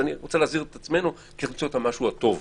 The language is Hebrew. אני רוצה להזהיר את עצמנו כי אני רוצה את המשהו הטוב